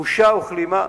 בושה וכלימה.